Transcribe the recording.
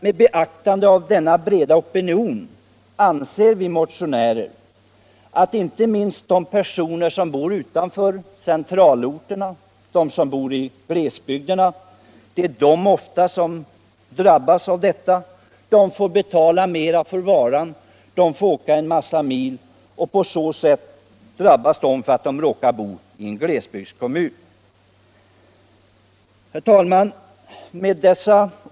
Med beaktande av denna breda opinion anser vi motionärer det oriktigt att inte minst de som bor utanför centralorterna —- det är ofta de som bor i glesbygderna som drabbas av detta — får betala mera för varan. De får också resa långa sträckor för att komma till systembutiken och på så sätt drabbas de också av olägenheter därför att de råkar bo i en glesbygdskommun. Herr talman!